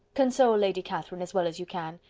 console lady catherine as well as you can.